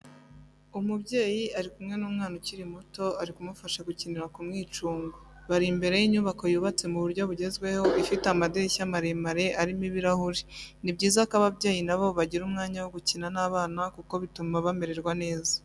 Umubyeyi ari kumwe n'umwana ukiri muto ari kumufasha gukinira ku mwicungo, bari imbere y'inyubako yubatse mu buryo bugezweho ifite amadirishya maremare arimo ibirahuri. Ni byiza ko ababyeyi nabo bagira umwanya wo gukina n'abana kuko bituma bamererwa neza.